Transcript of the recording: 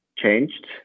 changed